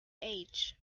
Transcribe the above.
age